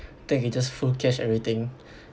then you can just full cash everything